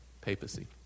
papacy